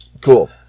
Cool